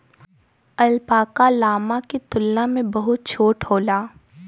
alpaca, llama के तुलना में बहुत छोट होला